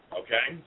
okay